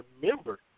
remember